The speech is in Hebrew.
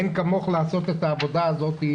אין כמוך לעשות את העבודה הזאת.